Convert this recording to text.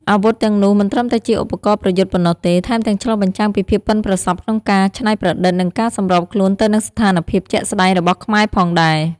អាវុធទាំងនោះមិនត្រឹមតែជាឧបករណ៍ប្រយុទ្ធប៉ុណ្ណោះទេ ថែមទាំងឆ្លុះបញ្ចាំងពីភាពប៉ិនប្រសប់ក្នុងការច្នៃប្រឌិត និងការសម្របខ្លួនទៅនឹងស្ថានភាពជាក់ស្តែងរបស់ខ្មែរផងដែរ។